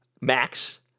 max